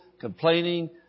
complaining